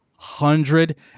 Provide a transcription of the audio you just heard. hundred